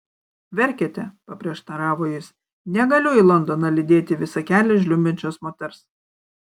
verkiate paprieštaravo jis negaliu į londoną lydėti visą kelią žliumbiančios moters